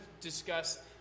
discuss